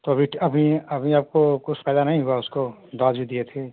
तो अभी अभी अभी आपको कुछ फायदा नहीं हुआ उसको दवा जो दिए थे